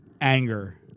anger